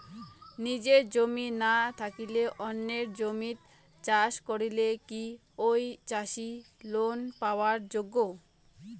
নিজের জমি না থাকি অন্যের জমিত চাষ করিলে কি ঐ চাষী লোন পাবার যোগ্য?